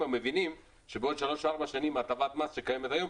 מבינים שבעוד שלוש-ארבע שנים הטבת המס שקיימת היום,